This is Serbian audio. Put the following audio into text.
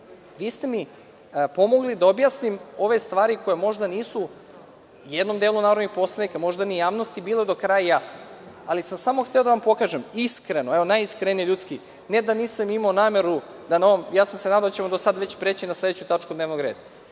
Vi ste mi pomogli da objasnim ove stvari koje možda nisu jednom delu narodnih poslanika, možda ni javnosti bile do kraja jasne, ali sam samo hteo da vam pokažem iskreno, evo najiskrenije, ljudski ne da nisam imao nameru, nadao sam se da ćemo sad već preći na sledeću tačku dnevnog reda.